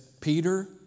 Peter